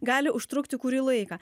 gali užtrukti kurį laiką